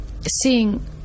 seeing